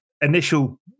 initial